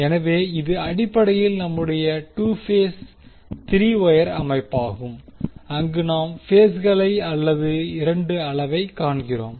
எனவே இது அடிப்படையில் நம்முடைய 2 பேஸ் 3 வொயர் அமைப்பாகும் அங்கு நாம் பேஸ்களை அல்லது 2 அளவைக் காண்கிறோம்